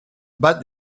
but